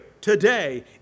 today